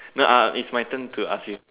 now uh it's my turn to ask you